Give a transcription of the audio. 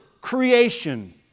creation